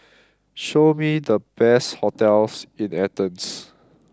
show me the best hotels in Athens